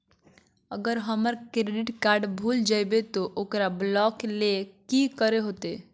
अगर हमर credit card भूल जइबे तो ओकरा ब्लॉक लें कि करे होते?